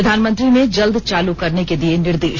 प्रधानमंत्री ने जल्द चालू करने के दिए निर्देश